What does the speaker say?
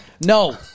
No